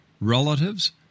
relatives